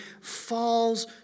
falls